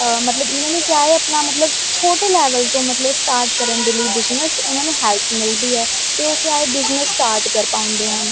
ਮਤਲਬ ਇਹਨਾਂ ਨੂੰ ਕਿਆ ਏ ਆਪਣਾ ਮਤਲਬ ਛੋਟੇ ਲੈਵਲ ਤੋਂ ਮਤਲਬ ਸਟਾਰਟ ਕਰਨ ਦੇ ਲਈ ਬਿਜਨਸ ਉਹਨਾਂ ਨੂੰ ਹੈਲਪ ਮਿਲਦੀ ਹ ਤੇ ਉਹ ਕਿਹਾ ਬਿਜਨਸ ਸਟਾਰਟ ਕਰ ਪਾਉਦੇ ਹਨ